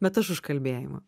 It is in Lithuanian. bet aš už kalbėjimą